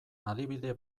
adibide